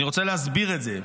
אני רוצה להסביר את זה.